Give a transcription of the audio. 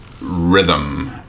rhythm